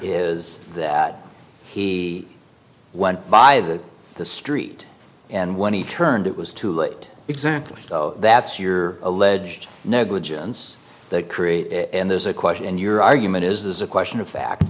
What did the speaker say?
is that he went by that the street and when he turned it was too late exactly that's your alleged negligence that create and there's a question in your argument is this a question of fact